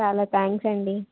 చాలా థ్యాంక్స్ అండి